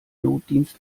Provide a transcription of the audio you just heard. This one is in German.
notdienst